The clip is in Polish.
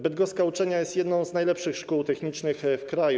Bydgoska uczelnia jest jedną z najlepszych szkół technicznych w kraju.